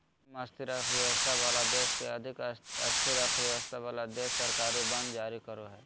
कम स्थिर अर्थव्यवस्था वाला देश के अधिक स्थिर अर्थव्यवस्था वाला देश सरकारी बांड जारी करो हय